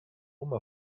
oma